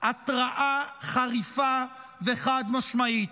התרעה חריפה וחד-משמעית.